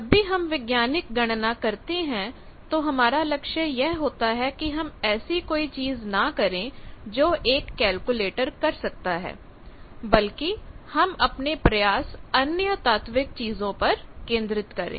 जब भी हम विज्ञानिक गणना करते हैं तो हमारा लक्ष्य यह होता है कि हम ऐसी कोई चीज ना करें जो एक केलकुलेटर कर सकता है बल्कि हम अपने प्रयास अन्य तात्विक चीजों पर केंद्रित करें